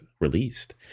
released